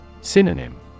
Synonym